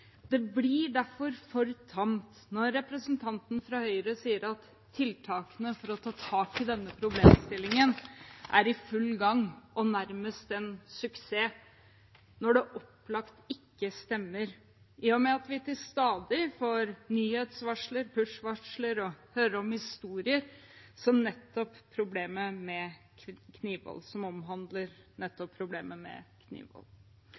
Det blir derfor for tamt når representanten fra Høyre sier at man er i full gang med tiltakene for å ta tak i denne problemstillingen, og at det nærmest er en suksess, når det opplagt ikke stemmer, i og med at vi stadig får nyhetsvarsler, push-varsler og historier som omhandler nettopp problemet med